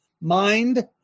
Mind